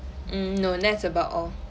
mm no that's about all